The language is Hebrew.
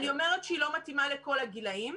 אני אומרת שהיא לא מתאימה לכל הגילים.